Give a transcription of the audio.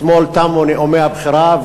אתמול תמו נאומי הבכורה,